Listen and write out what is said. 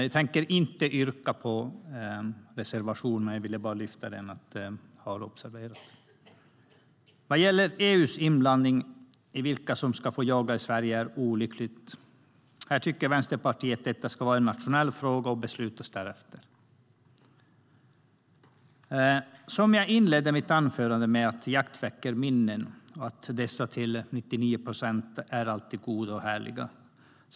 Jag tänker inte yrka bifall till reservationen; jag vill bara lyfta fram den. Som jag inledde mitt anförande med: Jakt väcker minnen. Dessa minnen är till 99 procent goda och härliga.